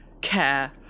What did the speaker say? care